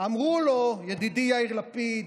אמרו לו" ידידי יאיר לפיד,